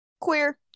queer